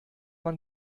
man